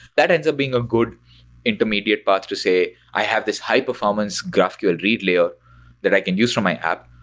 that ends up being a good intermediate path to say, i have this high-performance graphql read layer that i can use for my app.